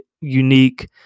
unique